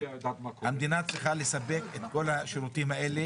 המדינה צריכה לספק את כל השירותים האלה